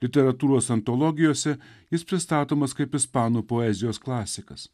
literatūros antologijose jis pristatomas kaip ispanų poezijos klasikas